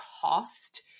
cost